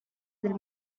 del